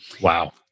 Wow